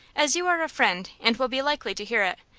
as you are a friend and will be likely to hear it,